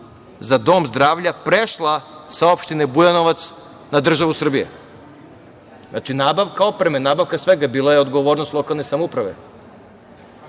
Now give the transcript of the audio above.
za dom zdravlja prešla sa opštine Bujanovac na državu Srbije. Znači, nabavka opreme i svega, bila je odgovornost lokalne samouprave. Ono